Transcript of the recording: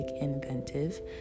inventive